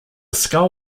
skull